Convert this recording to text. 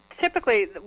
typically